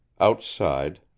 Outside